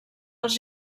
els